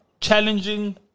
challenging